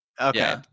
Okay